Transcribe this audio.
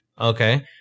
okay